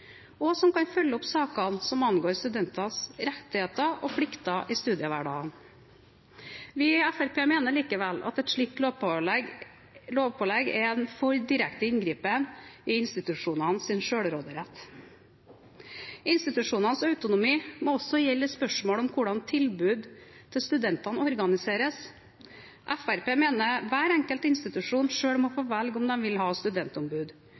og som kan følge opp saker som angår studenters rettigheter og plikter i studiehverdagen. Vi i Fremskrittspartiet mener likevel at et slikt lovpålegg er en for direkte inngripen i institusjonenes selvråderett. Institusjonenes autonomi må også gjelde i spørsmål om hvordan tilbud til studentene organiseres. Fremskrittspartiet mener hver enkelt institusjon selv må få velge om de vil ha studentombud.